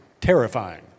terrifying